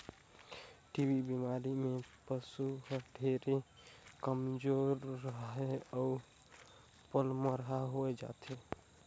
TB बेमारी में पसु हर ढेरे कमजोरहा अउ पलमरहा होय जाथे